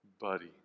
Buddy